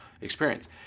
experience